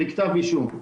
לכתב אישום.